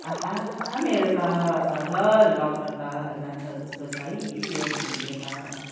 आहा मेरो त सजल डक्टर त जान्छ जस्तो छ है यो भिडले त